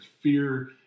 fear